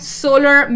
solar